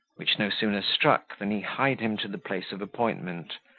which no sooner struck than he hied him to the place of appointment,